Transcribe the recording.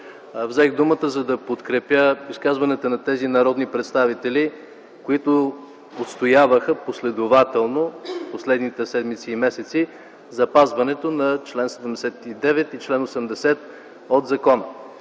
Взех думата, за да подкрепя изказването на тези народни представители, които отстояваха последователно през последните месеци запазването на чл. 79 и чл. 80 от закона,